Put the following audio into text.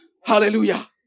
Hallelujah